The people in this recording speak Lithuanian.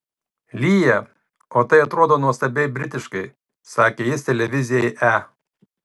lyja o tai atrodo nuostabiai britiškai sakė jis televizijai e